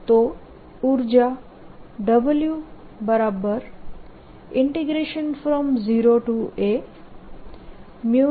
તો ઉર્જા W0a0r2I282a4